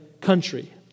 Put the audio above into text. country